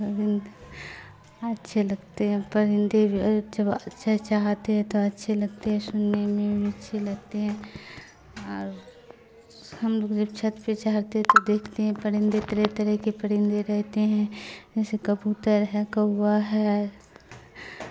پرندے اچھے لگتے ہیں پرندے بھی جب اچھا چاہاتتے ہیں تو اچھے لگتے ہیں سننے میں بھی اچھے لگتے ہیں اور ہم لوگ جب چھت پہ چڑتے ہیں تو دیکھتے ہیں پرندے طرح طرح کے پرندے رہتے ہیں جیسے کبوتر ہے کووا ہے